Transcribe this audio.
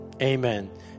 Amen